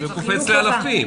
זה קופץ לאלפים.